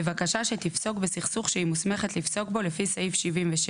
בבקשה שתפסוק בסכסוך שהיא מוסמכת לפסוק בו לפי סעיף 77,